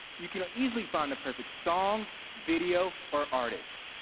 you can easily find the perfect song, video or artist.